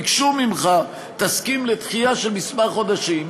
ביקשו ממך: תסכים לדחייה של כמה חודשים,